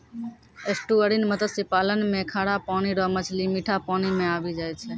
estuarine मत्स्य पालन मे खारा पानी रो मछली मीठा पानी मे आबी जाय छै